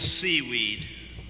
seaweed